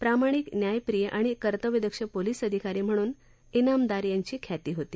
प्रामाणिक न्यायप्रिय आणि कर्तव्यदक्ष पोलीस अधिकारी म्हणून इनामदार यांची ख्याती होती